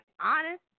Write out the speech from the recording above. honest